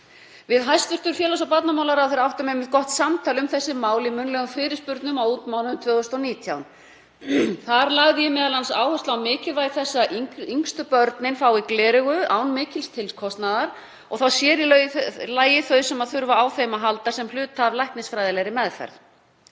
Við hæstv. félags- og barnamálaráðherra áttum gott samtal um þessi mál í munnlegum fyrirspurnum á útmánuðum 2019. Þar lagði ég áherslu á mikilvægi þess að yngstu börnin fái gleraugu án mikils tilkostnaðar og þá sér í lagi þau sem þurfa á þeim að halda sem hluta af læknisfræðilegri meðferð.